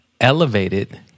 Elevated